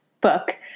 book